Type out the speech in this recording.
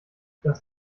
das